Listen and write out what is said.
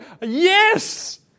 Yes